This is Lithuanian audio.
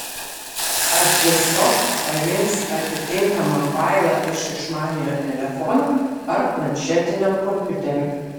ar tiesiog parinks atitinkamą failą iš išmaniojo telefono ar planšetinio kompiuterio